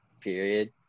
period